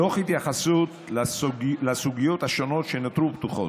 תוך התייחסות לסוגיות השונות שנותרו פתוחות.